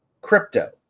Crypto